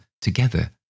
together